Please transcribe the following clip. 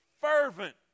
fervent